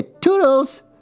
Toodles